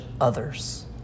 others